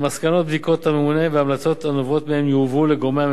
מסקנות בדיקות הממונה וההמלצות הנובעות מהן יועברו לגורמי הממשל